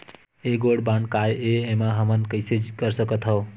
ये gold bond काय ए एमा हमन कइसे कर सकत हव?